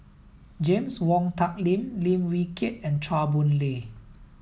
James Wong Tuck Yim Lim Wee Kiak and Chua Boon Lay